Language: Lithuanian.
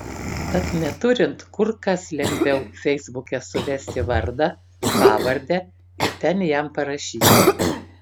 tad neturint kur kas lengviau feisbuke suvesti vardą pavardę ir ten jam parašyti